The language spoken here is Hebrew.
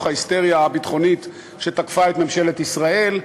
ההיסטריה הביטחונית שתקפה את ממשלת ישראל.